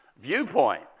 viewpoint